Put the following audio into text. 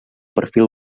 perfil